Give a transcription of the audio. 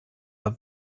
are